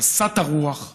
גסת הרוח,